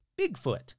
Bigfoot